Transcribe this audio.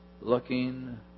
looking